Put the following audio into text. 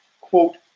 quote